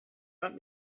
let